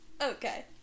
Okay